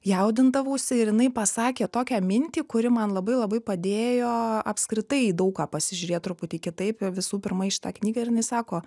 jaudindavausi ir jinai pasakė tokią mintį kuri man labai labai padėjo apskritai į daug ką pasižiūrėt truputį kitaip visų pirma į šitą knygą ir jinai sako